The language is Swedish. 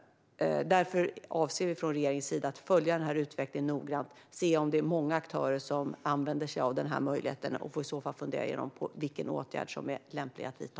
Därför avser vi från regeringens sida att följa den här utvecklingen noggrant för att se om det är många aktörer som använder sig av den här möjligheten, och i så fall får vi fundera igenom vilken åtgärd som är lämplig att vidta.